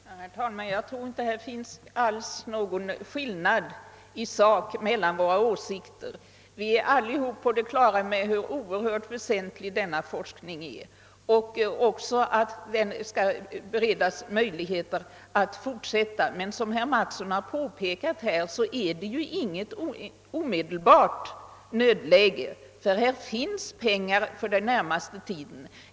Herr talman! Jag tror inte att det finns någon skillnad i sak mellan våra åsikter. Vi är alla på det klara med hur oerhört väsentlig denna forskning är, och vi är också överens om att den skall beredas möjligheter att fortsätta. Men som herr Mattsson har påpekat råder inget omedelbart nödläge, ty det finns pengar för den närmaste tiden.